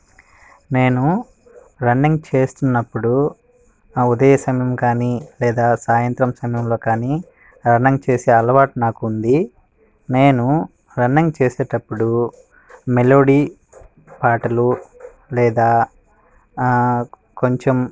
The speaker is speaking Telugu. నేను రన్నింగ్ చేస్తున్నప్పుడు ఉదయం సమయం కానీ లేదా సాయంత్రం సమయంలో కానీ రన్నింగ్ చేసే అలవాటు నాకు ఉంది నేను రన్నింగ్ చేసేటప్పుడు మెలోడీ పాటలు లేదా కొంచెం